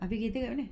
habis kita kat mana